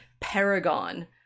paragon